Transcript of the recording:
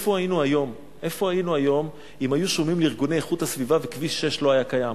איפה היינו היום אם היו שומעים לארגוני הסביבה וכביש 6 לא היה קיים?